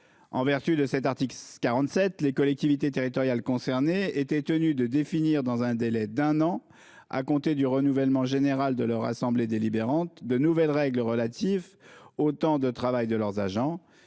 En vertu de cet article 47, les collectivités territoriales concernées étaient tenues de définir, dans un délai d'un an à compter du renouvellement général de leur assemblée délibérante, de nouvelles règles relatives au temps de travail de leurs agents.